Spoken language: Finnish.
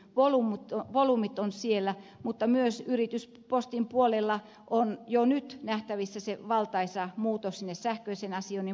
volyymit ovat siellä mutta myös yrityspostin puolella on jo nyt nähtävissä se valtaisa muutos sinne sähköisen asioinnin puolelle